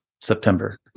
September